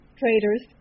traders